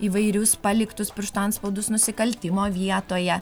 įvairius paliktus pirštų atspaudus nusikaltimo vietoje